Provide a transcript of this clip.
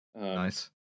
Nice